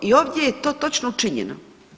I ovdje je to točno učinjeno.